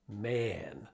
man